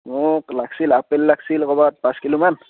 মোক লাগিছিল আপেল লাগিছিল ক'ৰবাত পাঁচ কিলোমান